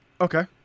Okay